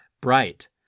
Bright